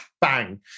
bang